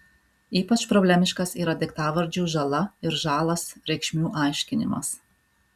ypač problemiškas yra daiktavardžių žala ir žalas reikšmių aiškinimas